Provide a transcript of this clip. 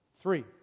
Three